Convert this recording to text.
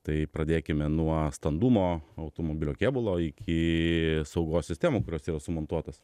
tai pradėkime nuo standumo automobilio kėbulo iki saugos sistemų kurios yra sumontuotos